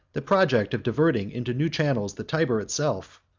the project of diverting into new channels the tyber itself,